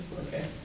okay